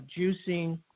juicing